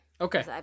Okay